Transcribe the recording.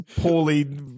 poorly